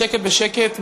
בשקט בשקט,